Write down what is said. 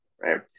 right